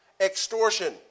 Extortion